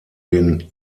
den